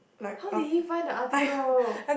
how did he find the article